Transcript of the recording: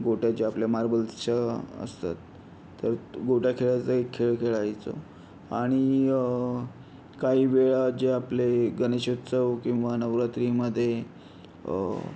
गोट्या ज्या आपल्या मार्बल्सच्या असतात तर गोट्या खेळायचा एक खेळ खेळायचो आणि काही वेळा जे आपले गणेश उत्सव किंवा नवरात्रीमध्ये